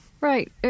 Right